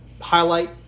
highlight